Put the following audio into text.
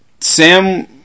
Sam